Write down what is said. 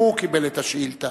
הוא קיבל את השאילתא.